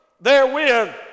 therewith